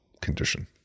condition